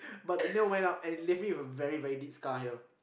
but the nail went up and it left me with a very very deep scar here